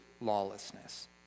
lawlessness